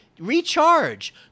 recharge